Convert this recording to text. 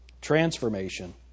transformation